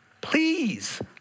Please